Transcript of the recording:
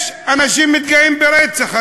יש אנשים שמתגאים ברצח,